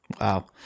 Wow